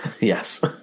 Yes